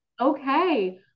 okay